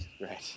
Right